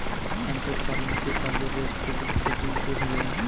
contract farming से corporates को कृषि क्षेत्र में प्रवेश मिलेगा